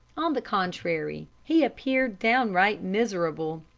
on the contrary, he appeared downright miserable.